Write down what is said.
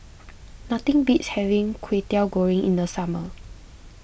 nothing beats having Kwetiau Goreng in the summer